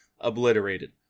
obliterated